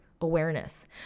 awareness